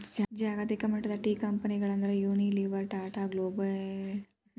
ಜಾಗತಿಕಮಟ್ಟದ ಟೇಕಂಪೆನಿಗಳಂದ್ರ Unilever, Tata Global Beverages, Associated British foods